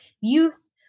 youth